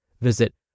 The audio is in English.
Visit